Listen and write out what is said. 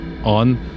on